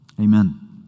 Amen